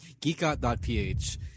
geekot.ph